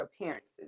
appearances